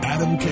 Adam